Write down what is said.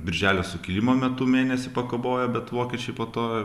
birželio sukilimo metu mėnesį pakabojo bet vokiečiai po to